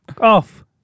off